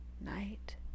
Night